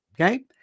okay